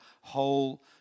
whole